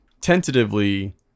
Tentatively